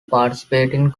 participating